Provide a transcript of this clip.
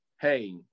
hey